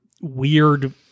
weird